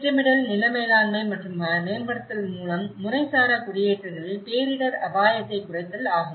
திட்டமிடல் நில மேலாண்மை மற்றும் மேம்படுத்தல் மூலம் முறைசாரா குடியேற்றங்களில் பேரிடர் அபாயத்தை குறைத்தல் ஆகும்